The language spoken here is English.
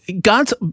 God's